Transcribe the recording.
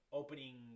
opening